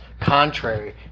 contrary